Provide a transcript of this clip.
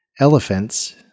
Elephants